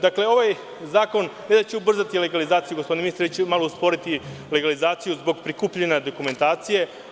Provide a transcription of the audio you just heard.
Dakle, ovaj zakon ne da će ubrzati legalizaciju gospodine ministre već će malo usporiti legalizaciju zbog prikupljanja dokumentacije.